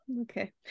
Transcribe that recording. okay